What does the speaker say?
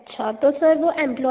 वह तो बात सही है